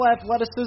athleticism